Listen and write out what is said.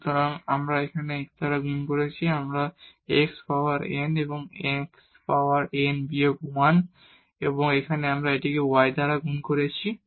সুতরাং আমরা এখানে x দ্বারা গুণ করেছি আমরা এখানে x পাওয়ার n এবং এখানে x পাওয়ার n বিয়োগ 1 এবং এখানে আমরা এটিকে y দ্বারা গুণ করেছি